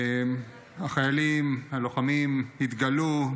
החיילים הלוחמים התגלו,